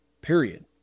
period